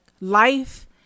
life